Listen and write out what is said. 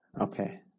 Okay